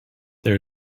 there